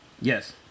Yes